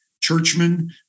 churchmen